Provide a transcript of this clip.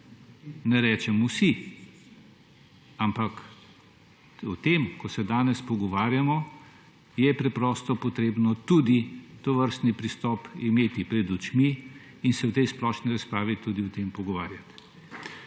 Ne rečem vsi, ampak o tem, o čemer se danes pogovarjamo, je preprosto treba imeti tudi tovrstni pristop pred očmi in se v tej splošni razpravi tudi o tem pogovarjati.